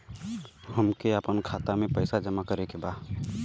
हमके आपन खाता के पैसा जाने के बा